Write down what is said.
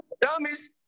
Dummies